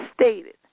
stated